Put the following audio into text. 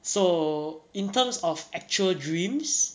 so in terms of actual dreams